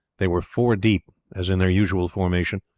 they were four deep, as in their usual formation,